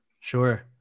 Sure